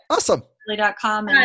Awesome